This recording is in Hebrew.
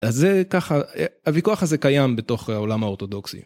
אז זה ככה, הויכוח הזה קיים בתוך העולם האורתודוקסי.